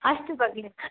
अस्तु भगिनि